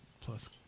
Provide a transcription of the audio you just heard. plus